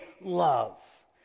love